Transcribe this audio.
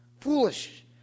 foolish